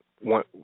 one